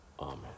Amen